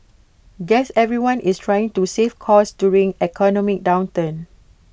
guess everyone is trying to save costs during economic downturn